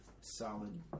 solid